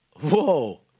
whoa